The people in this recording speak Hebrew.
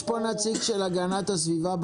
יש נציג של המשרד להגנת הסביבה?